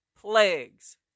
plagues